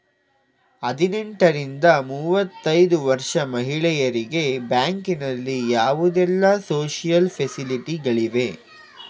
ಹದಿನೆಂಟರಿಂದ ಮೂವತ್ತೈದು ವರ್ಷ ಮಹಿಳೆಯರಿಗೆ ಬ್ಯಾಂಕಿನಲ್ಲಿ ಯಾವುದೆಲ್ಲ ಸೋಶಿಯಲ್ ಫೆಸಿಲಿಟಿ ಗಳಿವೆ?